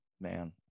Man